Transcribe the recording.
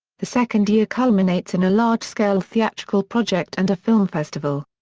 the second year culminates in a large-scale theatrical project and a film festival.